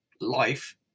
life